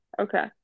Okay